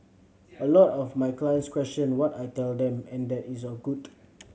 a lot of my clients question what I tell them and that is good